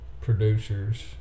producers